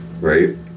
right